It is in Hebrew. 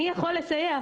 מי יכול לסייע?